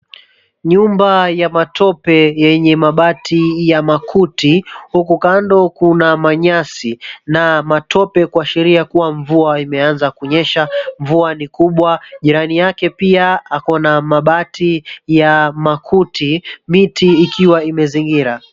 Nyumba ya matope yenye mabati ya makuti huku kando kuna manyasi na matope kuashiria mvua kuwa imeanza kunyesha, mvua ni kubwa. Jirani yake pia ako na mabati ya makuti, miti ikiwa imezingira.